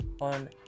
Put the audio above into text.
on